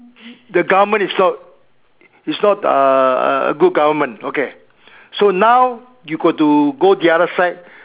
the government is not is not a good government okay so now you got to go the other side